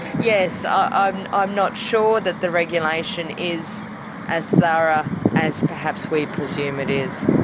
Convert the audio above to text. yes, i'm i'm not sure that the regulation is as thorough as perhaps we presume it is.